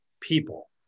people